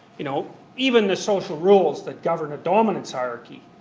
you know even the social rules that govern a dominance hierarchy,